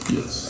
Yes